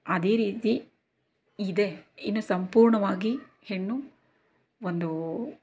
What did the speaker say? ಅದೇ ರೀತಿ ಇದೆ ಇನ್ನು ಸಂಪೂರ್ಣವಾಗಿ ಹೆಣ್ಣು ಒಂದು